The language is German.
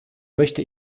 möchte